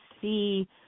see